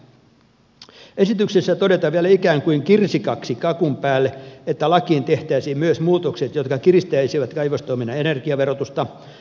esityksessä todetaan vielä ikään kuin kirsikaksi kakun päälle että lakiin tehtäisiin myös muutokset jotka kiristäisivät kaivostoiminnan energiaverotusta